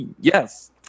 Yes